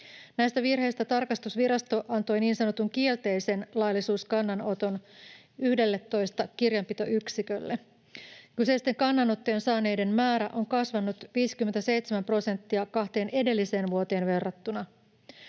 Näistä virheistä tarkastusvirasto antoi niin sanotun kielteisen laillisuuskannanoton 11 kirjanpitoyksikölle. Kyseisten kannanottojen saaneiden määrä on kasvanut 57 prosenttia kahteen edelliseen vuoteen verrattuna.